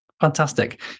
Fantastic